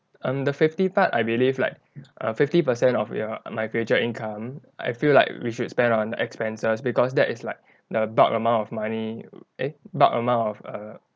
um the fifty part I believe like err fifty percent of your my future income I feel like we should spend on expenses because that is like the bulk amount of money eh bulk amount of err